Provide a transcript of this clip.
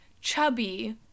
chubby